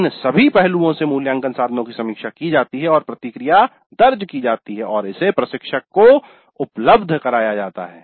इन सभी पहलुओं से मूल्यांकन साधनों की समीक्षा की जाती है और प्रतिक्रिया दर्ज की जाती है और इसे प्रशिक्षक को उपलब्ध कराया जाता है